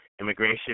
Immigration